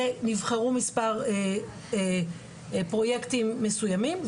ונבחרו מספר פרוייקטים מסויימים.